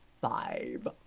five